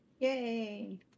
Yay